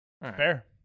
Fair